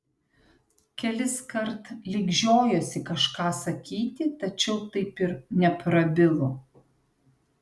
keliskart lyg žiojosi kažką sakyti tačiau taip ir neprabilo